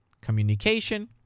communication